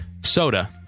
Soda